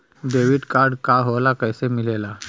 Debit card का होला कैसे मिलेला?